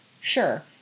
sure